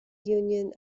union